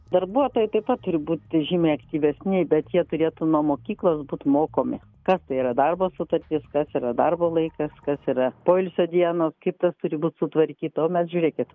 darbuotojai taip pat turi būti žymiai aktyvesni bet jie turėtų nuo mokyklos būt mokomi kas tai yra darbo sutartis kas yra darbo laikas kas yra poilsio dienos kaip tas turi būt sutvarkyta o mes žiūrėkit